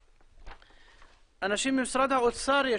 אנשים ממשרד האוצר.